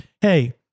Hey